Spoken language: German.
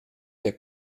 der